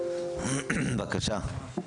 בבקשה.